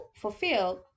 fulfilled